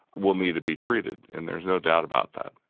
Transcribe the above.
will need to be treated and there's no doubt about that.